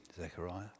Zechariah